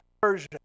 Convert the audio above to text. Version